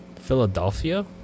Philadelphia